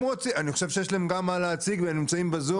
אני חושב שיש להם גם מה להציג והם נמצאים בזום.